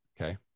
okay